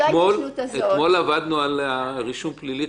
אתמול עבדנו על הרישום פלילי,